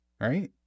Right